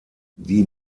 die